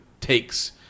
takes